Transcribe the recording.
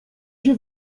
się